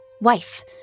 wife